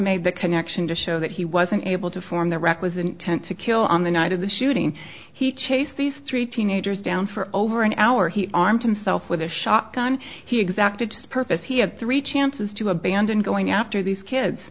made the connection to show that he wasn't able to form the requisite intent to kill on the night of the shooting he chased these three teenagers down for over an hour he armed himself with a shotgun he exacted purpose he had three chances to abandon going after these kids